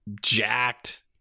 jacked